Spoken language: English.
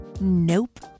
Nope